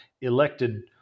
elected